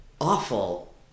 awful